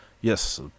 yes